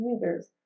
users